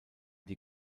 die